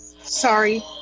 Sorry